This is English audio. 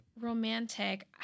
Romantic